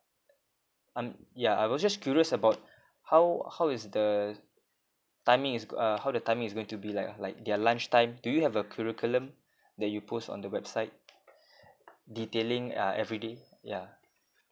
um yeah I was just curious about how how is the timing is go~ uh how the timing is going to be like ah like their lunch time do you have a curriculum that you post on the website detailing uh everyday yeah